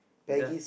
is there